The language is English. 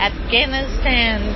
Afghanistan